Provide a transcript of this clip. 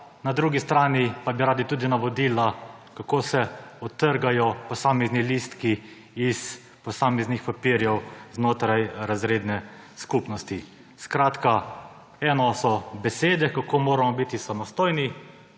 na drugi strani pa bi radi tudi navodila, kako se odtrgajo posamezni listki s posameznih papirjev znotraj razredne skupnosti. Skratka, eno so besede, kako moramo biti samostojni,